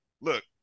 look